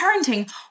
parenting